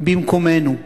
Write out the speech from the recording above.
במקומנו.